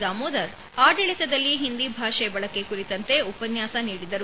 ದಾಮೋದರ್ ಆಡಳಿತದಲ್ಲಿ ಹಿಂದಿ ಭಾಷೆ ಬಳಕೆ ಕುರಿತಂತೆ ಉಪನ್ಯಾಸ ನೀಡಿದರು